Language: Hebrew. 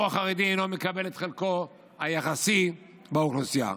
החרדי אינו מקבל את חלקו היחסי באוכלוסייה.